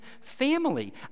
family